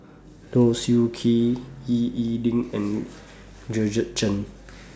Low Siew K Ying E Ding and Georgette Chen